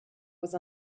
was